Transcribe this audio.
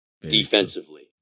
defensively